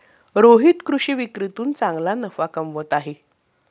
रोहित कृषी विक्रीतून चांगला नफा कमवत आहे